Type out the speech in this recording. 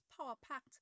power-packed